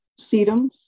sedums